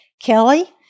Kelly